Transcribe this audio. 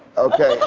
okay.